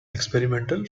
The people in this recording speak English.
experimental